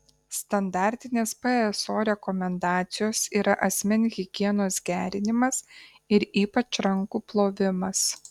standartinės pso rekomendacijos yra asmens higienos gerinimas ir ypač rankų plovimas